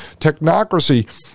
Technocracy